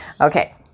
Okay